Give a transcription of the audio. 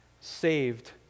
saved